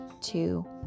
two